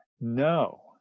No